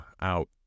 out